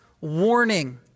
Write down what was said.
warning